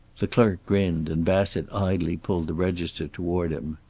the clerk grinned, and bassett idly pulled the register toward him.